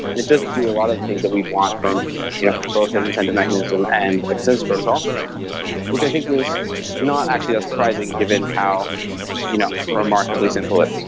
it doesn't do a lot of things that we want from you know both ends and to mechanism and a consensus protocol which i think is not actually as surprising given how you know remarkably simple it is.